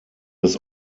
des